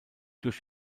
durch